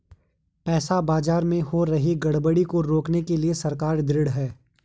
पैसा बाजार में हो रही गड़बड़ी को रोकने के लिए सरकार ढृढ़ है